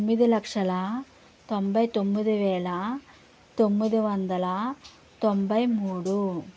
తొమ్మిది లక్షల తొంభై తొమ్మిది వేల తొమ్మిది వందల తొంభై మూడు